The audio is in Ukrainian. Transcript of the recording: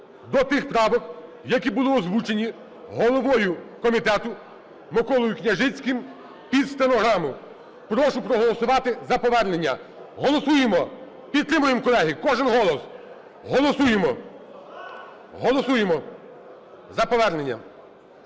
до тих правок, які були озвучені головою комітету Миколою Княжицьким під стенограму. Прошу проголосувати за повернення. Голосуємо! Підтримуємо, колеги. Кожен голос! Голосуємо! Голосуємо за повернення.